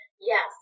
Yes